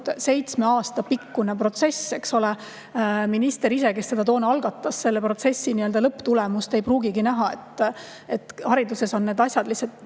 aasta pikkune protsess, eks ole. Minister ise, kes selle toona algatas, selle protsessi lõpptulemust ei pruugigi näha. Hariduses on need asjad lihtsalt